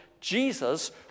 Jesus